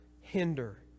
hinder